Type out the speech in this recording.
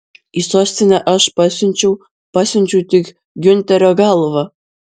į sostinę aš pasiunčiau pasiunčiau tik giunterio galvą